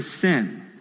sin